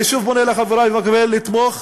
אני שוב פונה לחברי ומבקש לתמוך.